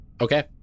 Okay